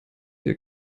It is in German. ihr